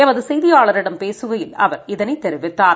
எமது செய்தியாளரிடம் பேசுகையில் அவர் இதனை தெரிவித்தார்